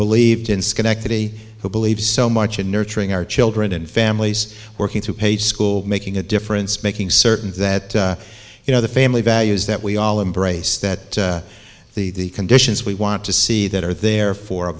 believed in schenectady who believes so much in nurturing our children and families working through paid school making a difference making certain that you know the family values that we all embrace that the conditions we want to see that are there for a